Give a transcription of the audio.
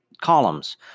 columns